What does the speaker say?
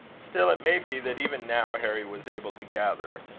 still, it may be that even now harry was able to gather,